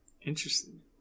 Interesting